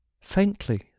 faintly